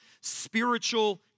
spiritual